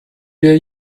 wir